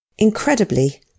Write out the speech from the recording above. Incredibly